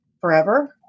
forever